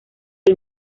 del